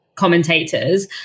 commentators